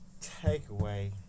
takeaway